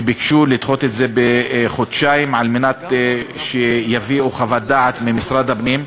שביקשה לדחות את זה בחודשיים על מנת שיביאו חוות דעת ממשרד הפנים.